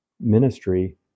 ministry